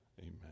amen